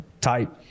type